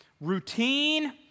routine